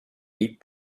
eight